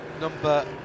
number